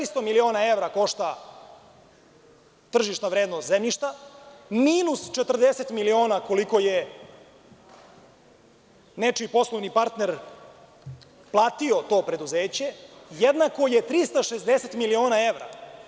Dakle, 400 miliona evra košta tržišna vrednost zemljišta, minus 40 miliona koliko je nečiji poslovni partner platio to preduzeće, jednako je 360 miliona evra.